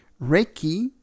Reiki